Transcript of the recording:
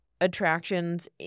attractions